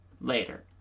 later